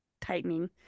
tightening